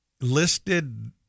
listed